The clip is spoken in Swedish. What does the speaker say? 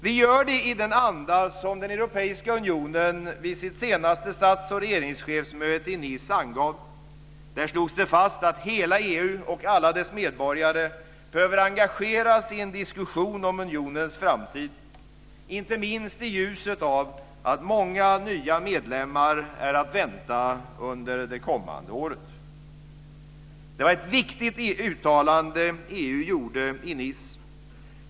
Vi gör det i den anda som den europeiska unionen vid sitt senaste stats och regeringschefsmöte i Nice angav. Där slogs det fast att hela EU och alla dess medborgare behöver engageras i en diskussion om unionens framtid, inte minst i ljuset av att många nya medlemmar är att vänta under de kommande åren. Det var ett viktigt uttalande som EU gjorde i Nice.